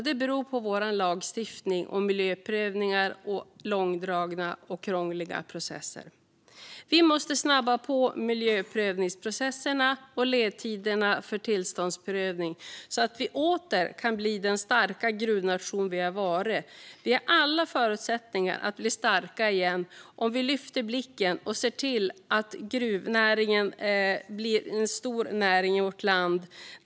Det beror på vår lagstiftning, våra miljöprövningar och långdragna och krångliga processer. Vi måste snabba på miljöprövningsprocesserna och ledtiderna för tillståndsprövning så att vi åter kan bli den starka gruvnation som vi har varit. Vi har alla förutsättningar att bli starka igen om vi lyfter blicken och ser till gruvnäringen som en stor näring i vårt land.